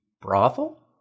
brothel